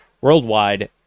worldwide